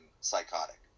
psychotic